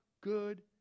good